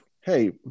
hey